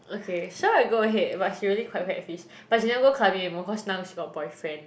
okay sure go ahead but she really quite quite catfish but she never go clubbing anymore cause now she got boyfriend